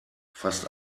fast